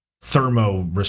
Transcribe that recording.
thermo